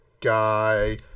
guy